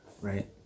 right